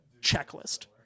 checklist